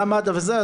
גם מד"א וזה,